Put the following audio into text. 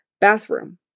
Bathroom